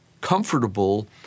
comfortable